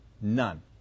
none